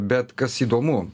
bet kas įdomu